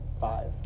five